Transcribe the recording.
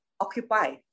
occupy